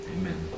amen